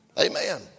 Amen